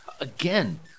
Again